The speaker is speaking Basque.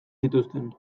zituzten